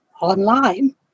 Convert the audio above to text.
online